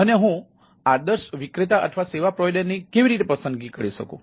અને હું આદર્શ વિક્રેતા અથવા સેવા પ્રોવાઇડર કેવી રીતે પસંદ કરી શકું